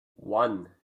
one